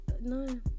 no